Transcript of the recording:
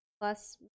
plus